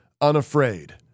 unafraid